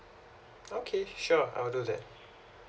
okay sure I will do that